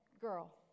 girl